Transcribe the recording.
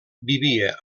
vivia